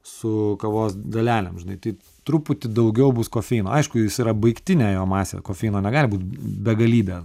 su kavos dalelėm žinai tai truputį daugiau bus kofeino aišku jis yra baigtinė jo masė kofeino negali būt begalybė